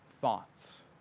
thoughts